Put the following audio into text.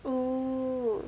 oh